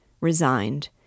resigned